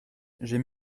j’ai